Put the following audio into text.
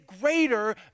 greater